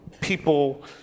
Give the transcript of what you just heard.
people